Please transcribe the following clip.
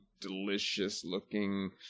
delicious-looking